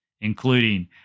including